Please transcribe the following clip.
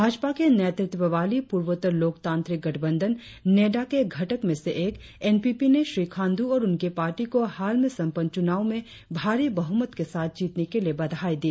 भाजपा के नेतृत्व वाली पूर्वोत्तर लोकतांत्रिक गठबंधन नेडा के घटक में से एक एन पी पी ने श्री खांडू और उनकी पार्टी को हाल में संपन्न चुनाव में भारी बहुमत के साथ जीतने के लिए बधाई दी